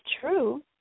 true